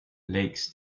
lakes